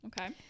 Okay